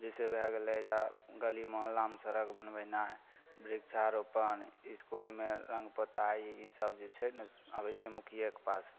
जैसे भए गेलय अइजाँ गली मुहल्लामे सड़क बनबेनाइ वृक्षारोपण इसकुलमे रङ्ग पोताइ ईसब जे छै ने आबय छै मुखियेक पास